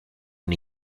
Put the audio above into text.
una